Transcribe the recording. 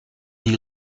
nie